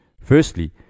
Firstly